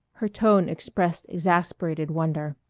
her tone expressed exasperated wonder.